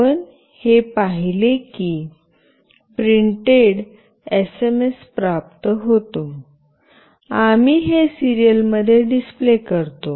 आपण हे पाहिले की प्रिंटेड एसएमएस प्राप्त होतो आम्ही हे सिरीयलमध्ये डीसप्ले करतो